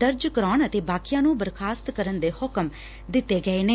ਦਰਜ ਕਰਾਊਣ ਅਤੇ ਬਾਕੀਆਂ ਨੂੰ ਬਰਖਾਸਤ ਕਰਨ ਦੇ ਹੁਕਮ ਕੀਤੇ ਗਏ ਨੇ